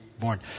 born